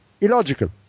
illogical